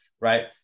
right